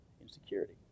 insecurity